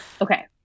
Okay